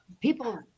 people